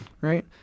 Right